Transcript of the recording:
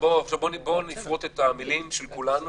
בואו נפרוט את המילים שלנו